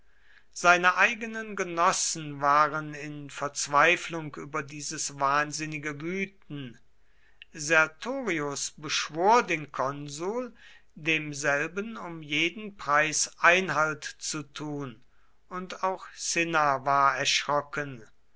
seine eigenen genossen waren in verzweiflung über dieses wahnsinnige wüten sertorius beschwor den konsul demselben um jeden preis einhalt zu tun und auch cinna war erschrocken